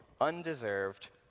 undeserved